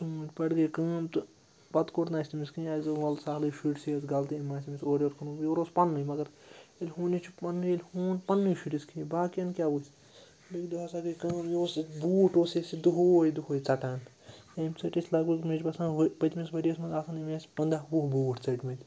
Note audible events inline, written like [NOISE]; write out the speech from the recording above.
[UNINTELLIGIBLE] پٮ۪ٹھ گٔے کٲم تہٕ پَتہٕ کوٚر نہِٕ اَسہِ تٔمِس کِہیٖنۍ اَسہِ دوٚپ وَلہٕ سہلٕے شُرۍ چھِ [UNINTELLIGIBLE] غلطی أمۍ ما آسہِ أمِس اورٕ یورٕ کوٚرمُت [UNINTELLIGIBLE] اوس پنٛنُے مگر ییٚلہِ ہوٗنِس چھُ پنٛنُے ییٚلہِ ہوٗن پنٛنِس شُرِس کھیٚیہِ باقیَن کیٛاہ [UNINTELLIGIBLE] بیٚکہِ دۄہ ہَسا گٔے کٲم یہِ اوس اَسہِ بوٗٹھ اوس اَسہِ یہِ دۄہَے دۄہَے ژَٹان أمۍ ژٔٹۍ اَسہِ لگ بگ مےٚ چھِ باسان وۄنۍ پٔتۍمِس ؤریَس منٛز آسَن أمۍ آسہِ پنٛداہ وُہ بوٗٹھ ژٔٹۍمٕتۍ